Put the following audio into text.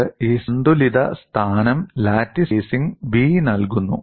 നിങ്ങൾക്ക് ഈ സന്തുലിത സ്ഥാനം ലാറ്റിസ് സ്പേസിംഗ് B നൽകുന്നു